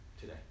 today